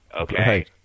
Okay